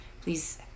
please